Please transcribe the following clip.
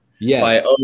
Yes